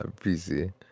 PC